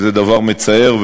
זה דבר מצער,